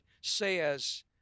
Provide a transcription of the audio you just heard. says